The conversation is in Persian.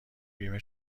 بیمه